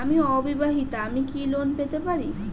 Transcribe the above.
আমি অবিবাহিতা আমি কি লোন পেতে পারি?